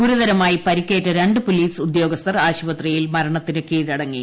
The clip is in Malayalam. ഗുരുതരമായി പരിക്കേറ്റ ര ് പോലീസ് ഉദ്യോഗസ്ഥർ ആശുപത്രിയിൽ മരണത്തിന് കീഴടങ്ങി